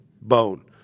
bone